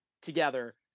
together